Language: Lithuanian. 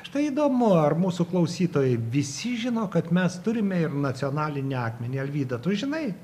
štai įdomu ar mūsų klausytojai visi žino kad mes turime ir nacionalinį akmenį alvyda tu žinai